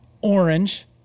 orange